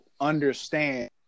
Understand